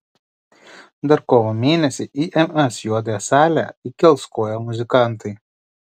dar kovo mėnesį į ms juodąją salę įkels koją muzikantai